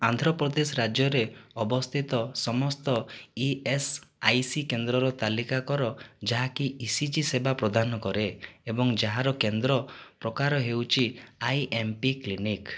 ଆନ୍ଧ୍ରପ୍ରଦେଶ ରାଜ୍ୟରେ ଅବସ୍ଥିତ ସମସ୍ତ ଇ ଏସ୍ ଆଇ ସି କେନ୍ଦ୍ରର ତାଲିକା କର ଯାହାକି ଇ ସି ଜି ସେବା ପ୍ରଦାନ କରେ ଏବଂ ଯାହାର କେନ୍ଦ୍ର ପ୍ରକାର ହେଉଛି ଆଇ ଏମ୍ ପି କ୍ଲିନିକ୍